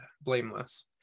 blameless